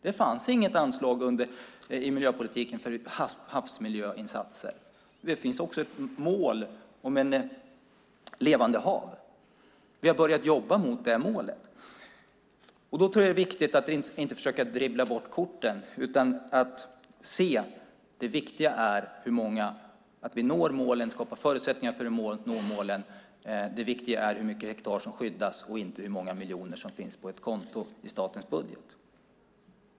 Det fanns förut inget anslag i miljöpolitiken för havsmiljöinsatser. Det finns också ett mål om ett levande hav. Vi har börjat jobba mot det målet. Då tror jag att det är viktigt att inte försöka dribbla bort korten utan se att det viktiga är att vi skapar förutsättningar för att nå målen. Det viktiga är hur många hektar som skyddas och inte hur många miljoner som finns på ett konto i statens budget.